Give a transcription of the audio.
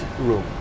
room